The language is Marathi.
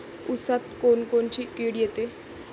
ऊसात कोनकोनची किड येते?